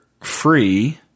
free